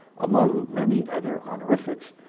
among many other honorifics,